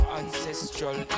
ancestral